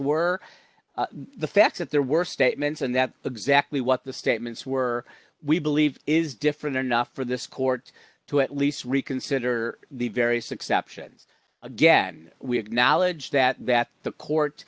were the facts that there were statements and that's exactly what the statements were we believe is different enough for this court to at least reconsider the various exceptions again we have knowledge that that the court